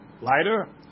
lighter